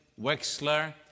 Wexler